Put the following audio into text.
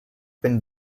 been